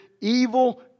evil